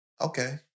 Okay